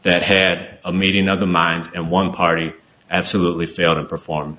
that had a meeting of the minds and one party absolutely failed to perform